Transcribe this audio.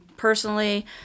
Personally